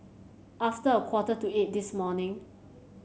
after a quarter to eight this morning